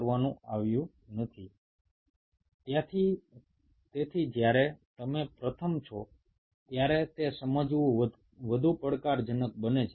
তাহলে যখন তুমি প্রথম ব্যক্তি হিসাবে এগুলি ব্যবহার করছো তখন তোমাদের কাছে ব্যাপারটা আরো বেশি চ্যালেঞ্জিং হয়ে ওঠে